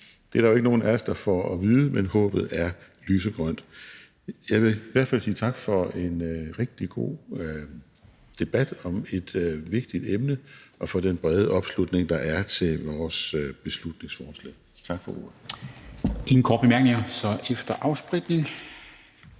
Det er der jo ikke nogen af os der får at vide, men håbet er lysegrønt. Jeg vil i hvert fald sige tak for en rigtig god debat om et vigtigt emne og for den brede tilslutning, der er til vores beslutningsforslag. Tak for ordet.